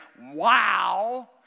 Wow